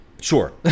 Sure